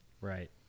Right